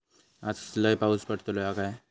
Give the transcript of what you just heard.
आज लय पाऊस पडतलो हा काय?